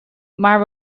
maar